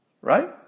right